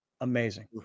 Amazing